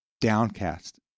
downcast